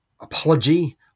apology